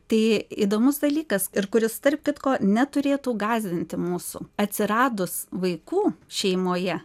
tai įdomus dalykas ir kuris tarp kitko neturėtų gąsdinti mūsų atsiradus vaikų šeimoje